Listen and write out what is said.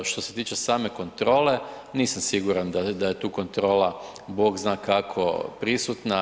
Što se tiče same kontrole, nisam siguran da je tu kontrola Bog zna kako prisutna.